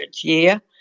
year